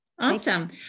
Awesome